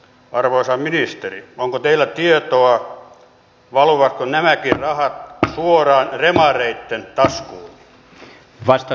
arvoisa ministeri onko teillä tietoa valuvatko nämäkin rahat suoraan demareitten taskuun